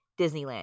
Disneyland